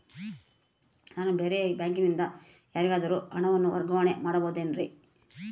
ನಾನು ಬೇರೆ ಬ್ಯಾಂಕಿನಿಂದ ಯಾರಿಗಾದರೂ ಹಣವನ್ನು ವರ್ಗಾವಣೆ ಮಾಡಬಹುದೇನ್ರಿ?